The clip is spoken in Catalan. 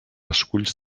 esculls